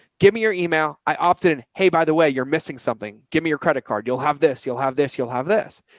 give me your email. i opted in, hey, by the way, you're missing something, give me your credit card. you'll have this, you'll have this, you'll have this.